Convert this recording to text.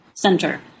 center